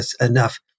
enough